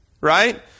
Right